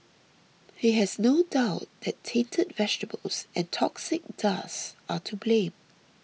he has no doubt that tainted vegetables and toxic dust are to blame